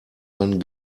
man